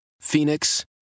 Phoenix